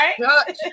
right